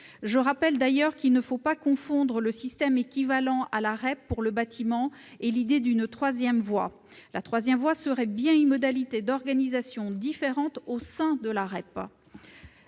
Je rappelle d'ailleurs qu'il ne faut pas confondre le système équivalent à la REP pour le bâtiment avec une troisième voie : la troisième voie serait bien une modalité d'organisation différente au sein de la REP.